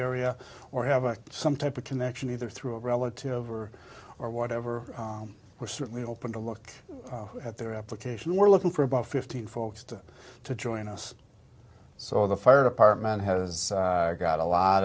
area or have a some type of connection either through a relative or or whatever we're certainly open to look at their application we're looking for about fifteen folks to to join us so the fire department has got a lot